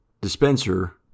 dispenser